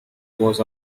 was